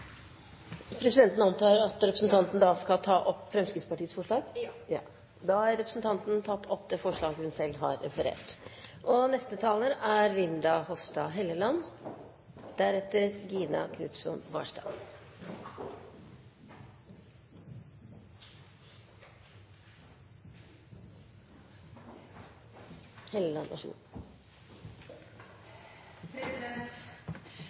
Presidenten antar at representanten også skal ta opp et forslag. Selvfølgelig. Da har representanten Morten Ørsal Johansen tatt opp det forslaget som han sånn noenlunde har referert til. IKT i politiet er